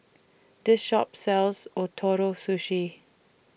This Shop sells Ootoro Sushi